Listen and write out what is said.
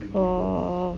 orh